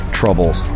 troubles